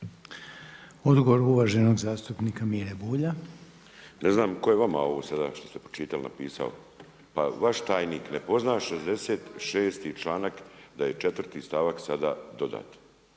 Odgovor uvaženog zastupnika Mire Bulja. **Bulj, Miro (MOST)** Ne znam tko je vama ovo sada što ste pročitali napisao. Pa vaš tajnik ne poznaje 66. članak da je 4.-ti stavak sada dodan.